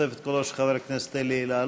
בתוספת קולו של חבר הכנסת אלי אלאלוף,